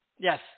Yes